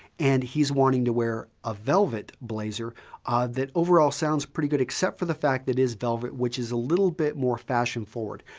and he's wanting to wear a velvet blazer ah that overall sounds pretty good, except for the fact that it's velvet, which is a little bit more fashion forward,